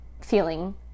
feeling